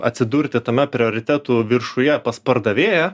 atsidurti tame prioritetų viršuje pas pardavėją